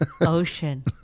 Ocean